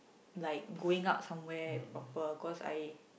like going out somewhere proper cause I